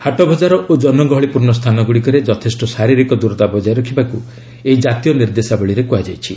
ହାଟବଜାର ଓ ଜନଗହଳିପୂର୍ଣ୍ଣ ସ୍ଥାନଗୁଡ଼ିକରେ ଯଥେଷ୍ଟ ଶାରୀରିକ ଦୂରତା ବକାୟ ରଖିବାକୁ ଏହି ଜାତୀୟ ନିର୍ଦ୍ଦେଶାବଳୀରେ କୁହାଯାଇଛି